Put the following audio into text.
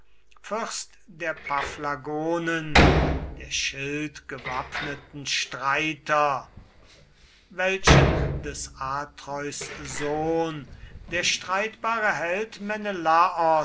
fürst der paphlagonen der schildgewappneten streiter welchen des atreus sohn der streitbare